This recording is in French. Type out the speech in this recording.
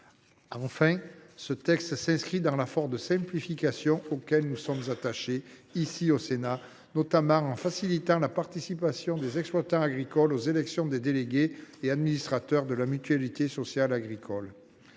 Enfin, ce texte s’inscrit dans l’effort de simplification auquel nous sommes attachés, ici au Sénat, notamment en facilitant la participation des exploitants agricoles aux élections des délégués et administrateurs de la MSA. Actuellement, les